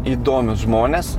įdomius žmones